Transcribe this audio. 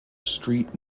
street